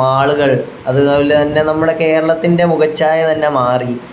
മാളുകള് അതുപോലെ തന്നെ നമ്മുടെ കേരളത്തിൻ്റെ മുഖച്ഛായ തന്നെ മാറി